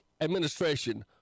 administration